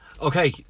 Okay